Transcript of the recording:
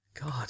God